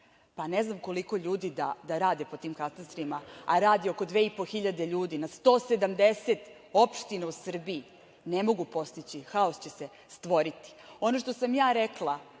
Pa, ne znam koliko ljudi da radi po tim katastrima, a radi oko 2,5 hiljade ljudi na 170 opština u Srbiji, ne mogu postići, haos će se stvoriti. Ono što sam ja rekla,